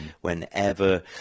whenever